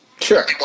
Sure